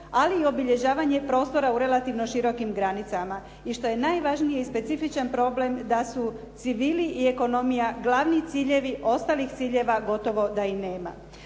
ali i obilježavanje prostora u relativno širokim granicama. I što je najvažnije specifičan problem da su civili i ekonomija glavni ciljevi. Ostalih ciljeva gotovo da i nema.